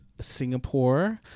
Singapore